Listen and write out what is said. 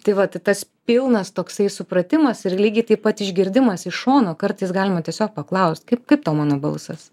tai vat i tas pilnas toksai supratimas ir lygiai taip pat išgirdimas iš šono kartais galima tiesiog paklaust kaip kaip tau mano balsas